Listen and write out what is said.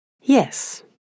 Yes